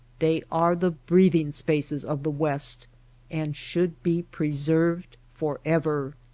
they are the breathing-spaces of the west and should be preserved forever.